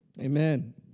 Amen